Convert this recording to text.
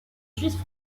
suisses